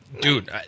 Dude